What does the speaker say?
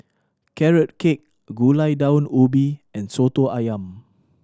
Carrot Cake Gulai Daun Ubi and Soto Ayam